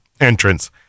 entrance